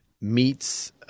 meets